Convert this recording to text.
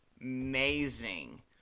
amazing